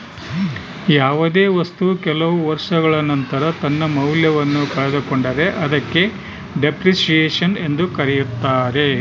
ಯಾವುದೇ ವಸ್ತು ಕೆಲವು ವರ್ಷಗಳ ನಂತರ ತನ್ನ ಮೌಲ್ಯವನ್ನು ಕಳೆದುಕೊಂಡರೆ ಅದಕ್ಕೆ ಡೆಪ್ರಿಸಸೇಷನ್ ಎಂದು ಕರೆಯುತ್ತಾರೆ